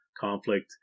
conflict